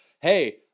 hey